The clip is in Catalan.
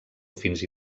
fins